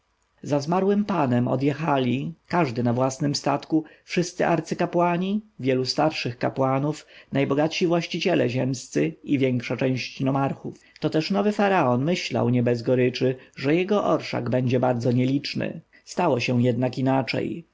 za zmarłym panem odjechali każdy na własnym statku wszyscy arcykapłani wielu starszych kapłanów najbogatsi właściciele ziemscy i większa część nomarchów to też nowy faraon myślał nie bez goryczy że jego orszak będzie bardzo nieliczny siało się jednak inaczej